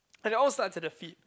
but they all starts at the feet